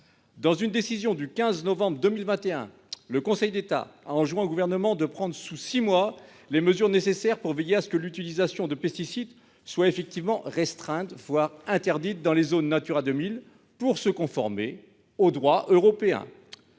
Dans une décision du 15 novembre 2021, le Conseil d'État a enjoint au Gouvernement de prendre, dans un délai de six mois, les mesures nécessaires pour veiller à ce que l'utilisation de pesticides soit effectivement restreinte, voire interdite, dans les zones classées Natura 2000 pour se conformer au droit européen.